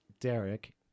Derek